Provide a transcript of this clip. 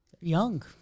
Young